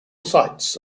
sites